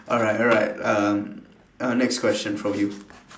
alright alright uh uh next question from you